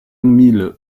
mille